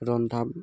ৰন্ধা